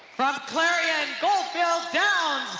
from clairion gold felled downs,